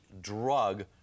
drug